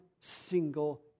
single